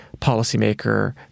policymaker